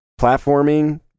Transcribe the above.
platforming